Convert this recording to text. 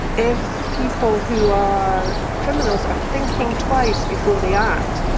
if people who are criminals are thinking twice before they act,